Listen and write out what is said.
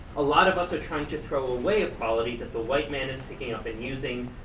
a lot of us are trying to throw away a quality that the white man is picking up and using.